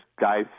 guys